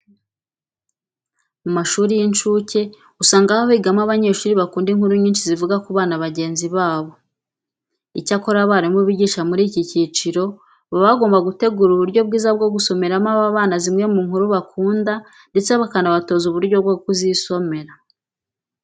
Mu mashuri y'incuke usanga haba higamo abanyeshuri bakunda inkuru nyinshi zivuga ku bana bagenzi babo. Icyakora abarimu bigisha muri iki cyiciro baba bagomba gutegura uburyo bwiza bwo gusomera aba bana zimwe mu nkuru bakunda ndetse bakanabatoza uburyo bwo kuzisomera.